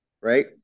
Right